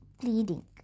pleading